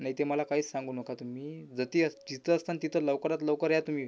नाही ते मला काहीच सांगू नका तुम्ही जती अस जिथं असंन तिथं लवकरात लवकर या तुम्ही